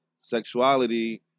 sexuality